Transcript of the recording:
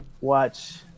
Watch